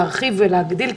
להרחיב ולהגדיל,